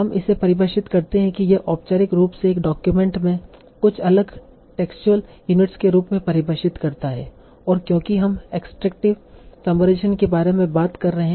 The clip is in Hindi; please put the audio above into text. हम इसे परिभाषित करते हैं कि यह औपचारिक रूप से एक डॉक्यूमेंट को कुछ अलग टेक्सुअल यूनिट्स के रूप में परिभाषित करता है और क्योंकि हम एक्स्ट्रेक्टिव समराइजेशन के बारे में बात कर रहे हैं